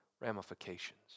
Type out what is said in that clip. ramifications